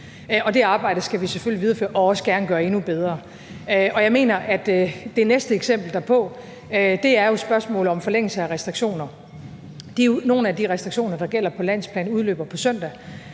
det arbejde skal vi selvfølgelig videreføre og også gerne gøre endnu bedre. Jeg mener, at det næste eksempel derpå jo er spørgsmålet om forlængelse af restriktioner. Nogle af de restriktioner, der gælder på landsplan, udløber på søndag.